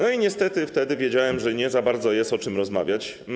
No i niestety wtedy wiedziałem, że nie za bardzo jest o czym rozmawiać.